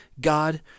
God